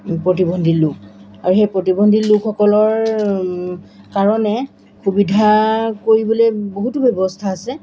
প্ৰতিবন্ধী লোক আৰু সেই প্ৰতিবন্ধী লোকসকলৰ কাৰণে সুবিধা কৰিবলে বহুতো ব্যৱস্থা আছে